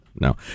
no